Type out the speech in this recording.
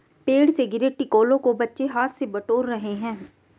पेड़ से गिरे टिकोलों को बच्चे हाथ से बटोर रहे हैं